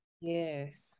yes